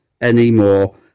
anymore